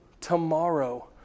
tomorrow